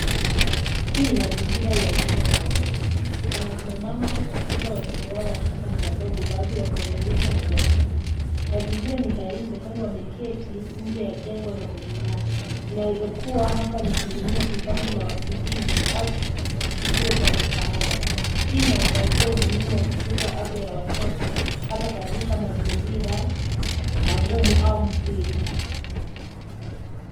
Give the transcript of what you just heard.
Hii ni mazingira ya huduma ya watoto. Kuna kina mama wakitunza watoto wao wachanga na wadogo, baadhi wakiwanyonyesha na kuwatuliza. Mazingira ni ya nje kwani wameketi nje ya jengo na kwenye nyasi. Inaweza kuwa hapa ni kliniki, kambi la wakimbizi au kituo cha msaada. Hii inaangazia umuhimu wa kutunza afya ya watoto hasa katika mazingira magumu au mpito.